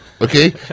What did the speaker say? Okay